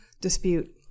dispute